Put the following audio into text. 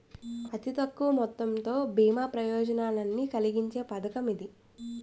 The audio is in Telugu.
అతి తక్కువ మొత్తంతో బీమా ప్రయోజనాన్ని కలిగించే పథకం ఇది